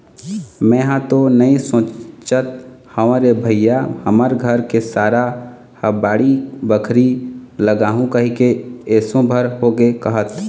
मेंहा तो नइ सोचत हव रे भइया हमर घर के सारा ह बाड़ी बखरी लगाहूँ कहिके एसो भर होगे कहत